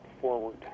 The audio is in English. forward